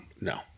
No